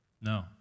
No